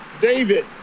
David